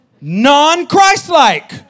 Non-Christ-like